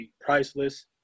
priceless